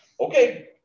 okay